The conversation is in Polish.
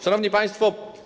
Szanowni Państwo!